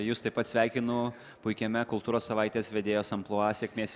jus taip pat sveikinu puikiame kultūros savaitės vedėjos amplua sėkmės